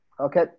Okay